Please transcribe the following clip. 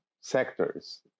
sectors